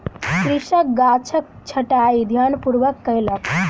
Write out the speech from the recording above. कृषक गाछक छंटाई ध्यानपूर्वक कयलक